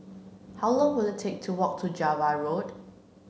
how long will it take to walk to Java Road